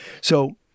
So-